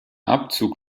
abzug